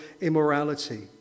immorality